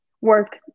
work